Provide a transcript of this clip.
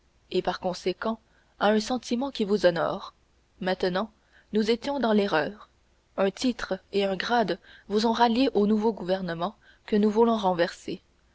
et par conséquent à un sentiment qui vous honore maintenant nous étions dans l'erreur un titre et un grade vous ont rallié au nouveau gouvernement que nous voulons renverser